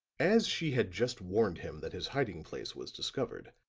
as she had just warned him that his hiding place was discovered,